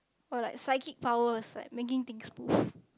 or like psychic powers like making things move